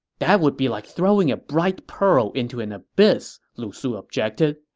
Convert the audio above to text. that would be like throwing a bright pearl into an abyss, lu su objected.